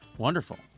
Wonderful